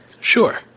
Sure